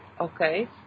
okay